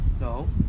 No